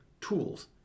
tools